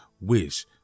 wish